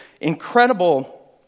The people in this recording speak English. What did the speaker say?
incredible